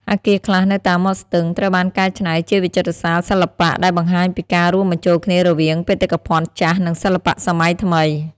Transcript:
អគារខ្លះនៅតាមមាត់ស្ទឹងត្រូវបានកែច្នៃជាវិចិត្រសាលសិល្បៈ ដែលបង្ហាញពីការរួមបញ្ចូលគ្នារវាងបេតិកភណ្ឌចាស់ និងសិល្បៈសម័យថ្មី។